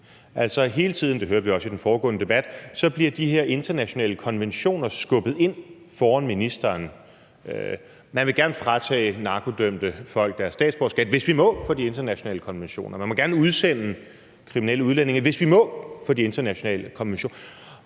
Altså, hele tiden, og det hørte vi også i den foregående debat, bliver de her internationale konventioner skubbet ind foran ministeren: Man vil gerne fratage narkodømte folk deres statsborgerskab, hvis vi må for de internationale konventioner, og man vil gerne udsende kriminelle udlændinge, hvis vi må for de internationale konventioner.